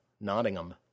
Nottingham